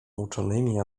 uczonymi